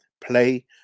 play